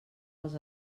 els